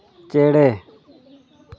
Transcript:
ᱪᱮᱬᱮ